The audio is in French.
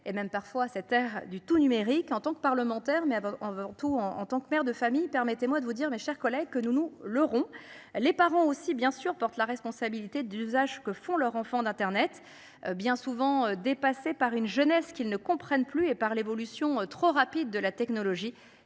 et même parfois à cette heure du tout numérique en tant que parlementaire, mais on veut tout en en tant que mère de famille. Permettez-moi de vous dire mes chers collègues, que nous nous leurrons les parents aussi bien sûr porte la responsabilité d'usage que font leur enfants d'Internet. Bien souvent dépassés par une jeunesse qui ne comprennent plus et par l'évolution trop rapide de la technologie.